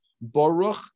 Baruch